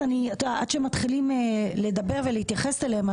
עד שמתחילים לדבר ולהתייחס אליהם,